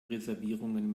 reservierungen